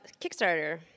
Kickstarter